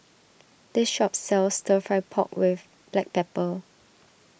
this shop sells Stir Fry Pork with Black Pepper